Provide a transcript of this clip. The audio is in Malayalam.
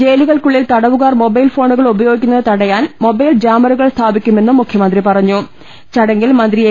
ജയിലുകൾക്കുള്ളിൽ തടവുകാർ മൊബൈൽ ഫോണുകൾ ഉപയോഗിക്കുന്നത് തടയാൻ മൊബൈൽ ജാമറുകൾ സ്ഥാപിക്കുമെന്നും മുഖ്യമന്ത്രി പറഞ്ഞു ചടങ്ങിൽ മന്ത്രി എ